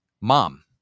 mom